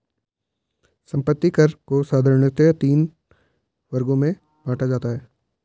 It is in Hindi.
संपत्ति कर को साधारणतया तीन वर्गों में बांटा जाता है